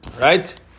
Right